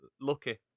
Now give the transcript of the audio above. lucky